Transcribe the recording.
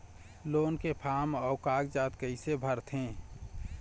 Loan के form अऊ कागजात कइसे भरथें?